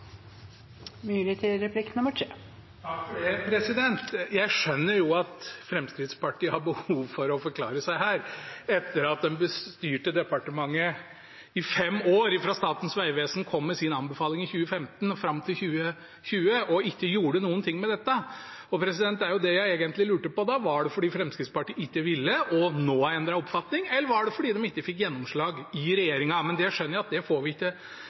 Jeg skjønner at Fremskrittspartiet har behov for å forklare seg her etter å ha styrt departementet i fem år – ifra Statens vegvesen kom med sin anbefaling i 2015 og fram til 2020 – og ikke gjorde noen ting med dette. Det jeg egentlig lurte på, er: Var det fordi Fremskrittspartiet ikke ville og nå har endret oppfatning, eller var det fordi de ikke fikk gjennomslag i regjeringen? Jeg skjønner at det får vi ikke